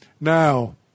Now